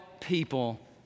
people